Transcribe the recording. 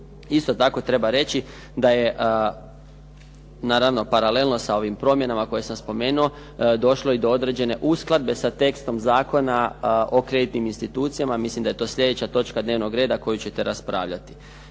Isto tako treba reći da je naravno paralelno sa ovim promjenama koje sam spomenuo došlo i do određene uskladbe sa tekstom Zakona o kreditnim institucijama, mislim da je to sljedeća točka dnevnog reda koju ćete raspravljati.